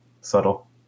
Subtle